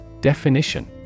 Definition